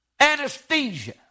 Anesthesia